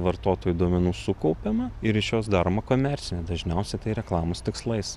vartotojų duomenų sukaupiama ir iš jos daroma komercine dažniausiai tai reklamos tikslais